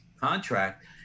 contract